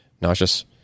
Nauseous